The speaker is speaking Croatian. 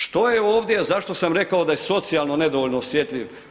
Što je ovdje, zašto sam rekao da je socijalno nedovoljno osjetljiv?